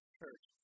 church